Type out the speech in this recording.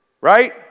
Right